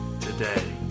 today